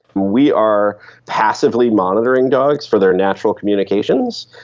we are passively monitoring dogs for their natural communications.